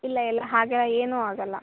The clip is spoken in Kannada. ಇಲ್ಲ ಇಲ್ಲ ಹಾಗೆಲ್ಲ ಏನೂ ಆಗೋಲ್ಲ